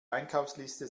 einkaufsliste